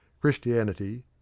Christianity